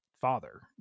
father